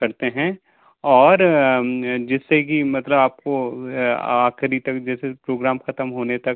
करते हैं और जिससे कि मतलब आपको आख़री तक जैसे प्रोग्राम ख़त्म होने तक